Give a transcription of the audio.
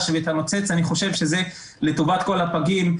ואת הנוצץ אני חושב שזה לטובת כל הפגים.